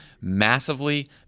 massively